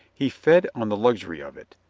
he fed on the luxury of it,